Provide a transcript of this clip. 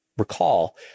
recall